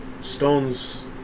stones